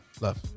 Love